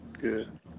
Good